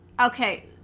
Okay